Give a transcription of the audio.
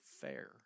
fair